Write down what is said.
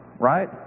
right